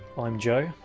i'm joe,